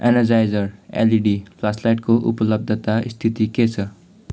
energiser LED फ्ल्यासलाइटको उपलब्धता स्थिति के छ